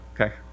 okay